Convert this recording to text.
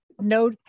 no